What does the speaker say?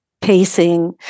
pacing